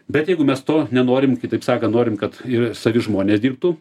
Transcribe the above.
bet jeigu mes to nenorim kitaip sakant norim kad ir savi žmonės dirbtų